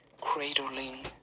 cradling